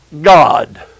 God